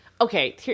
okay